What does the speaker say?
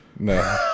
no